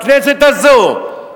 בכנסת הזאת,